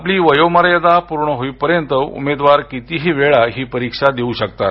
आपली वयोमर्यादा पूर्ण होई पर्यन्त उमेदवार कितीही वेळा ही परीक्षा देऊ शकतात